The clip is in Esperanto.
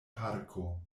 parko